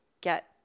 get